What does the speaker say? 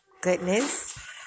goodness